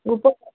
গ্ৰপত